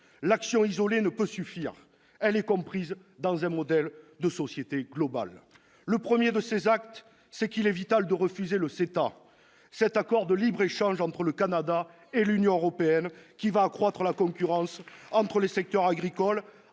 L'action isolée ne peut suffire, elle est comprise dans un modèle de société global. Le premier de ces actes consiste à refuser- c'est vital -le CETA, cet accord de libre-échange entre le Canada et l'Union européenne, qui va accroître la concurrence entre les secteurs agricoles,